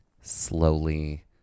Slowly